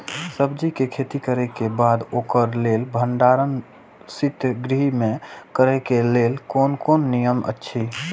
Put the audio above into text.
सब्जीके खेती करे के बाद ओकरा लेल भण्डार शित गृह में करे के लेल कोन कोन नियम अछि?